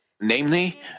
Namely